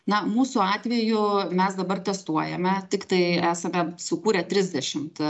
na mūsų atveju mes dabar testuojame tiktai esame sukūrę trisdešimt